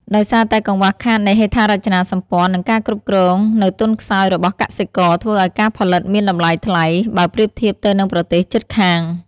ដោយសារតែកង្វះខាតនៃហេដ្ឋារចនាសម្ព័ន្ធ និងការគ្រប់គ្រងនៅទន់ខ្សោយរបស់កសិករ ធ្វើឲ្យការផលិតមានតម្លៃថ្លៃ បើប្រៀបធៀបទៅនឹងប្រទេសជិតខាង។